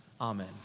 Amen